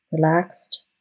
relaxed